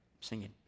singing